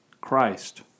Christ